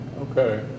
Okay